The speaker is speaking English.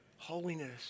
Holiness